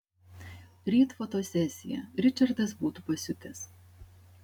ryt fotosesija ričardas būtų pasiutęs